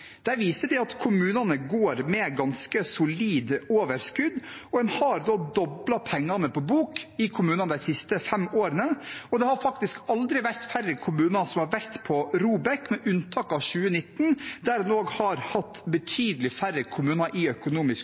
viser at kommunene går med ganske solid overskudd. Man har doblet pengene på bok i kommunene de siste fem årene, og det har faktisk aldri vært færre kommuner på ROBEK-lista, med unntak av 2019, og man har også hatt betydelig færre kommuner i økonomisk